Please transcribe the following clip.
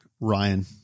Ryan